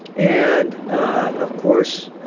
and of course,